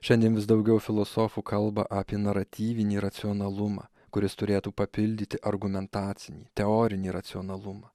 šiandien vis daugiau filosofų kalba apie naratyvinį racionalumą kuris turėtų papildyti argumentacinį teorinį racionalumą